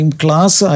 class